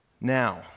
Now